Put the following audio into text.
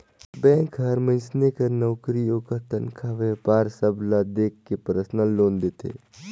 bank हर मइनसे कर नउकरी, ओकर तनखा, बयपार सब ल देख के परसनल लोन देथे